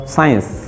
Science